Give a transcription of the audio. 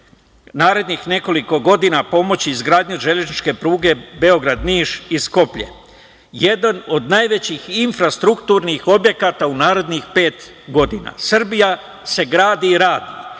narednih nekoliko godina pomoći izgradnji železničke pruge Beograd – Niš – Skoplje, jedan od najvećih infrastrukturnih objekata u narednih pet godina. Srbija se gradi i radi. Iz